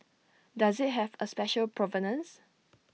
does IT have A special provenance